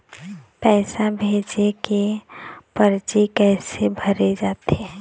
पैसा भेजे के परची कैसे भरे जाथे?